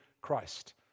Christ